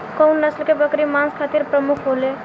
कउन नस्ल के बकरी मांस खातिर प्रमुख होले?